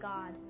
God